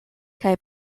kaj